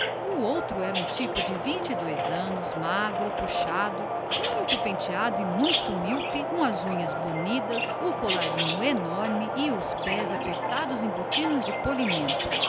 o outro era um rapazola de vinte e dois anos que à primeira vista parecia ter apenas dezesseis magro puxado muito penteado e muito míope com as unhas burnidas o colarinho enorme e os pés apertadinhos em sapatos de polimento